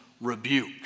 rebuke